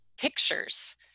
pictures